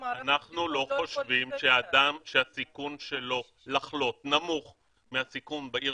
אנחנו לא חושבים שאדם שהסיכוי שלו לחלות נמוך מהסיכון בעיר